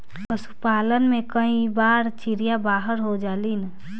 पशुपालन में कई बार चिड़िया बाहर हो जालिन